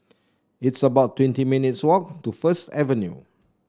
it's about twenty minutes' walk to First Avenue